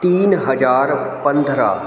तीन हज़ार पन्द्रह